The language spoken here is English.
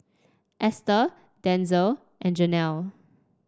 Easter Denzel and Jenelle